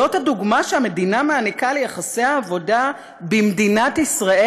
זאת הדוגמה שהמדינה נותנת ליחסי העבודה במדינת ישראל?"